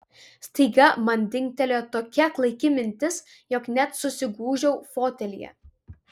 staiga man dingtelėjo tokia klaiki mintis jog net susigūžiau fotelyje